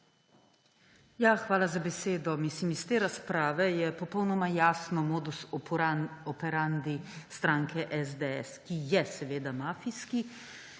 Hvala za besedo. Iz te razprave je popolnoma jasno modus operandi stranke SDS, ki je seveda mafijski.